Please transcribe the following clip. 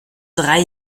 drei